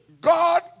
God